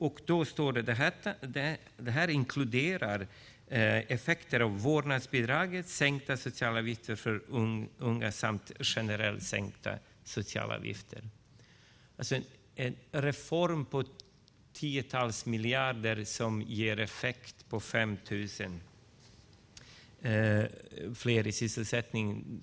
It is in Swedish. Det står att det här inkluderar effekter av vårdnadsbidraget, sänkta sociala avgifter för unga samt generellt sänkta sociala avgifter. Alltså en reform på tiotals miljarder som ger effekt på 5 000 fler i sysselsättning.